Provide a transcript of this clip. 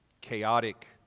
chaotic